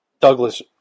Douglas